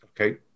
Okay